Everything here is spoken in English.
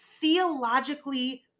theologically